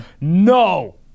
no